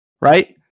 Right